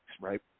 right